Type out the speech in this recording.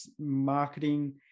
marketing